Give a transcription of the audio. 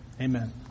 Amen